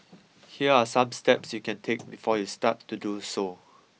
here are some steps you can take before you start to do so